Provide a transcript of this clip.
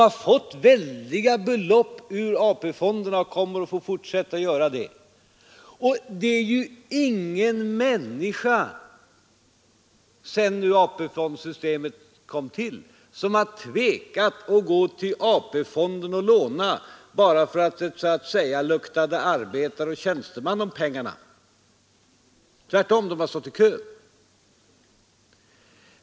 Nr 99 Sedan AP-fondssystemet kom till är det ju ingen människa som har Torsdagen den tvekat att gå till AP-fonden och låna, bara för att det så att säga luktade 24 maj 1973 arbetare och tjänsteman om pengarna. De har tvärtom stått i kö.